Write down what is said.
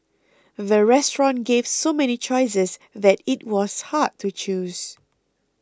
the restaurant gave so many choices that it was hard to choose